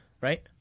Right